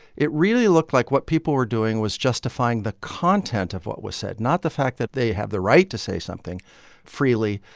it really looked like what people were doing was justifying the content of what was said, not the fact that they have the right to say something freely,